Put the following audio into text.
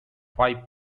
five